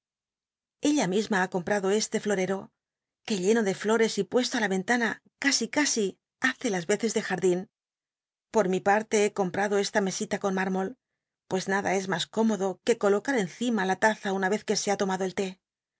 ella misma ha comprado este florera que lleno de flores y puesta la ven tana casi casi hace las veces de jardín por mi parle he com prado esta mesita con m ümol llllc nada es mas cóniodo que coloca encima la laza una vez que se ha tomado el té